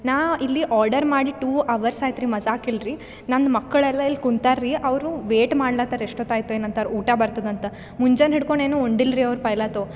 ನಾ ಇಲ್ಲಿ ಆರ್ಡರ್ ಮಾಡಿ ಟೂ ಅವರ್ಸ್ ಆಯಿತ್ರಿ ಮಝಕ್ ಇಲ್ರಿ ನಂದು ಮಕ್ಕಳೆಲ್ಲ ಇಲ್ಲಿ ಕುಂತಾರಿ ಅವರು ವೇಟ್ ಮಾಡ್ಲಾಹತಾರ್ ಎಷ್ಟು ಹೊತ್ತಾಯ್ತ್ ಏನು ಅಂತಾರ್ ಊಟ ಬರ್ತದೆ ಅಂತ ಮುಂಜಾನೆ ಹಿಡ್ಕೊಂಡು ಏನು ಉಂಡಿಲ್ರಿ ಅವ್ರು ಪೈಲತೊ